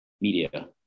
media